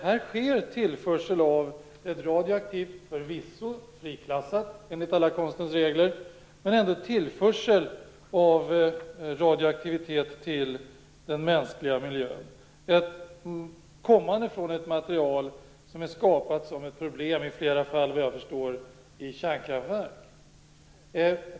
Här sker tillförsel av radioaktivitet - förvisso friklassat enligt konstens alla regler - till den mänskliga miljön, som kommer från ett material som är skapat som ett problem i flera fall, vad jag förstår, i kärnkraftverk.